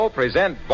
present